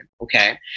okay